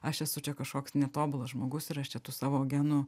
aš esu čia kažkoks netobulas žmogus ir aš čia tų savo genų